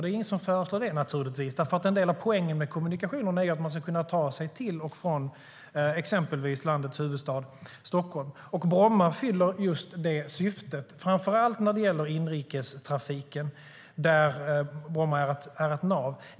Det är naturligtvis ingen som föreslår det, för en del av poängen med kommunikationer är att man ska kunna ta sig till och från exempelvis landets huvudstad Stockholm. Och Bromma fyller just detta syfte, framför allt när det gäller inrikestrafiken där Bromma är ett nav.